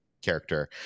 character